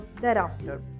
thereafter